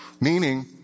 Meaning